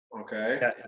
Okay